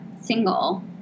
single